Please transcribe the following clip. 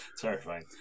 Terrifying